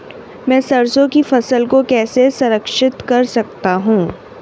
मैं सरसों की फसल को कैसे संरक्षित कर सकता हूँ?